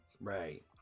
Right